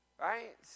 right